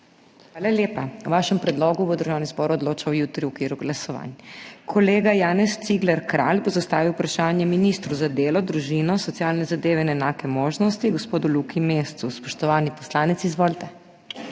Hvala lepa. O vašem predlogu bo Državni zbor odločal jutri v okviru glasovanj. Kolega Janez Cigler Kralj bo zastavil vprašanje ministru za delo, družino, socialne zadeve in enake možnosti, gospodu Luki Mescu. Spoštovani poslanec, izvolite.